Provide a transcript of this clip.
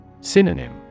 Synonym